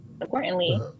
importantly